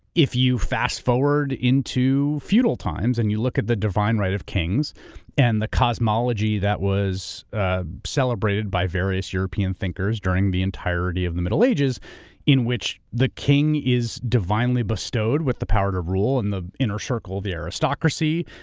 if you fast forward into feudal times and you look at the divine right of kings and the cosmology, that was a celebrated by various european thinkers during the entirety of the middle ages in which the king is divinely bestowed with the power of rule and the inner circle, the aristocracy,